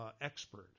expert